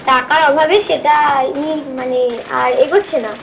টাকার অভাবে সেটা ই মানে আর এগোচ্ছে না